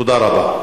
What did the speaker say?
תודה רבה.